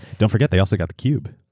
don't forget they also got the cube.